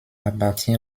appartient